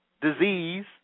disease